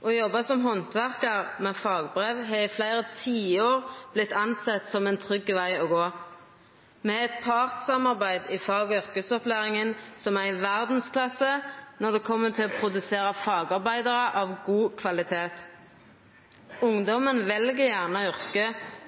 Å jobba som handverkar med fagbrev har i fleire tiår vore sett på som ein trygg veg å gå. Me har eit partssamsarbeid i fagyrkesopplæringa som er i verdsklasse når det kjem til å produsera fagarbeidarar av god kvalitet. Ungdomen vel gjerne yrke